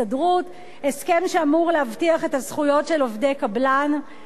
הסכם שאמור להבטיח את הזכויות של עובדי קבלן שעובדים בשירות המדינה.